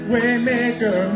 Waymaker